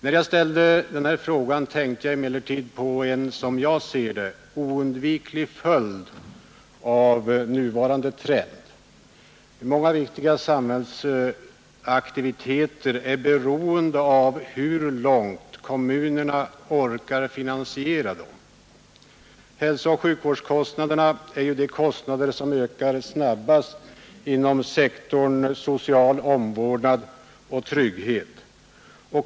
När jag ställde denna fråga tänkte jag emellertid på en, som jag ser det, oundviklig följd av nuvarande trend. Många viktiga samhällsaktiviteter är beroende av hur långt kommunerna orkar finansiera dem. Hälsooch sjukvårdskostnaderna är ju de kostnader som ökar snabbast inom sektorn social omvårdnad och trygghet.